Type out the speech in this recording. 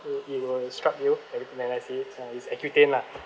so it will struck you uh when I say it uh it's accutane lah